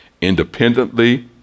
independently